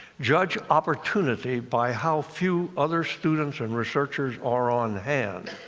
judge opportunity by how few other students and researchers are on hand.